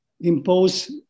impose